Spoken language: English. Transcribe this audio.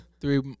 Three